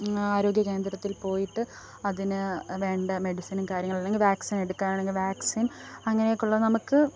ആരോഗ്യ കേന്ദ്രത്തിൽ പോയിട്ട് അതിന് വേണ്ട മെഡിസിനും കാര്യങ്ങൾ എല്ലാം അല്ലെങ്കിൽ വാക്സിൻ എടുക്കുകയാണെങ്കിൽ വാക്സിൻ അങ്ങനെയൊക്കെ ഉള്ളത് നമുക്ക്